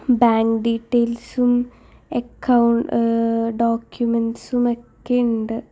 bank ഡീറ്റൈൽസും account ഡോക്യാമെൻ്റ്സും ഒക്കെ ഉണ്ട്